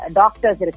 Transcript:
doctors